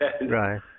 Right